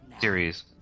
series